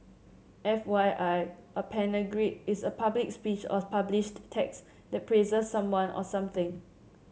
F Y I a panegyric is a public speech or published text that praises someone or something